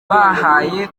bahaye